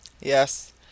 Yes